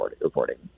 reporting